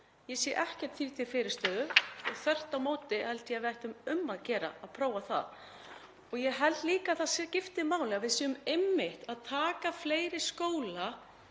Ég sé ekkert því til fyrirstöðu. Þvert á móti held ég að við ættum endilega að prófa það. Ég held líka að það skipti máli að við séum einmitt að taka fleiri skóla